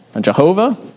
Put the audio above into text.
Jehovah